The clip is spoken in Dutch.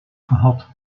gehad